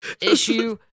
issue